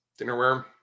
dinnerware